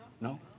No